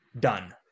Done